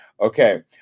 Okay